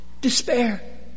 despair